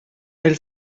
elle